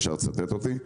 אפשר לצטט אותי.